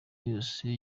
yose